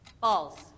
False